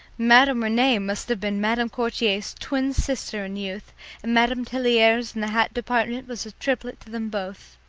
madame rene must have been madame courtier's twin sister in youth, and madame telliers in the hat department was the triplet to them both.